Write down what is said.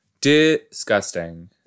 Disgusting